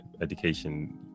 education